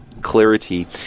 clarity